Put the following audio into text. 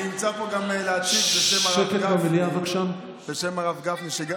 אני נמצא פה להציג בשם הרב גפני,